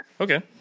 okay